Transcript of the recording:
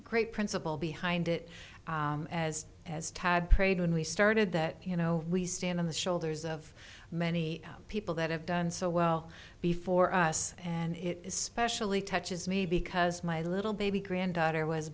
great principle behind it as as tad prayed when we started that you know we stand on the shoulders of many people that have done so well before us and it especially touches me because my little baby granddaughter was